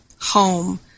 home